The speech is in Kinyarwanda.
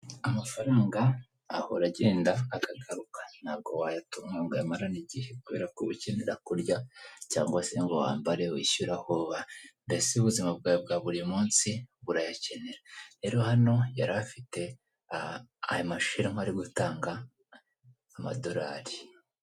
Amafaranga ahora agenda akagaruka ntabwo wayatunga ngo uyamarane igihe, kubera ko ukenera kurya cyangwa se ngo wambare wiyishyure aho uba, mbese ubuzima bwawe bwa buri munsi burayakenera, rero hano yari afite ayo mashiwa ari gutanga Amadorari.